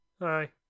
Aye